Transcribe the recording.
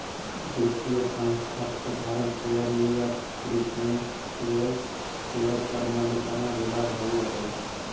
व्यक्ति या संस्था पर साधारण शेयर या प्रिफरेंस शेयर पर मालिकाना अधिकार होबो हइ